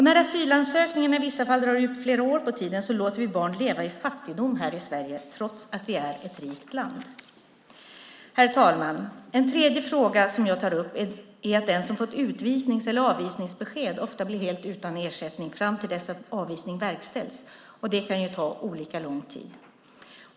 När asylansökningarna i vissa fall drar ut flera år på tiden låter vi barn leva i fattigdom här i Sverige trots att vi är ett rikt land. Herr talman! En tredje fråga som jag tar upp är att den som fått utvisnings eller avvisningsbesked ofta blir helt utan ersättning fram till dess att avvisning verkställs, och det kan ju ta olika lång tid.